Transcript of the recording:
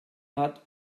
hat